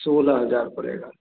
सोलह हज़ार पड़ेगा